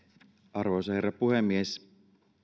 arvoisa herra puhemies